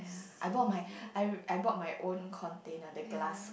I bought my I I bought my own container the glass